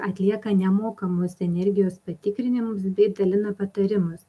atlieka nemokamus energijos patikrinimus bei dalina patarimus